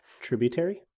tributary